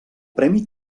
premi